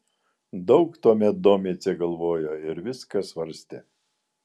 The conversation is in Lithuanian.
daug tuomet domicė galvojo ir viską svarstė